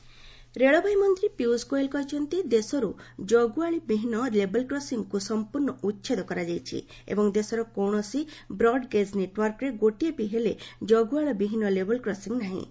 ଗମେଣ୍ଟ ରେଳବାଇ ରେଳବାଇ ମନ୍ତ୍ରୀ ପିୟୁଷ ଗୋଏଲ କହିଛନ୍ତି ଦେଶରୁ ଜଗୁଆଳି ବିହୀନ ଲେବଲକ୍ରସିଂକୁ ସମ୍ପର୍ଣ୍ଣ ଉଚ୍ଛେଦ କରାଯାଇଛି ଏବଂ ଦେଶର କୌଣସି ବ୍ରଡ୍ ଗେଜ୍ ନେଟୱାର୍କରେ ଗୋଟିଏ ବି ହେଲେ ଜଗୁଆଳି ବିହୀନ ଲେବିଲ କ୍ରସିଂ ନାହିଁ